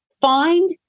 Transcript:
find